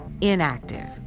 inactive